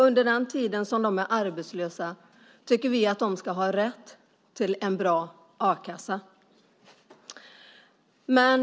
Under den tid som de är arbetslösa tycker vi att de ska ha rätt till en bra a-kassa.